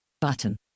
Button